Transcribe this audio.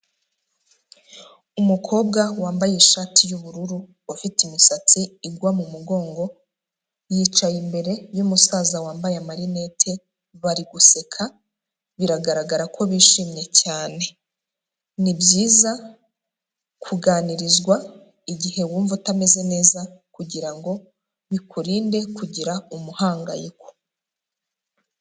Umukobwa wambaye ishati y'ubururu, ufite imisatsi igwa mu mugongo, yicaye imbere y'umusaza wambaye amarinete bari guseka, biragaragara ko bishimye cyane. Ni byiza kuganirizwa igihe wumva utameze neza, kugira ngo bikurinde kugira umuhangayiko.